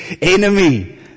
enemy